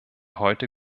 heute